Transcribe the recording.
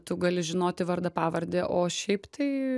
tu gali žinoti vardą pavardę o šiaip tai